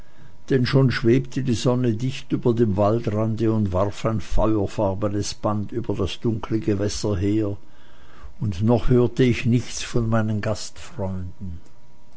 denn schon schwebte die sonne dicht über dem waldrande und warf ein feuerfarbenes band über das dunkelnde gewässer her und noch hörte ich nichts von meinen